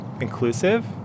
inclusive